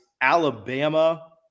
Alabama